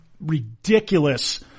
ridiculous